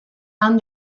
han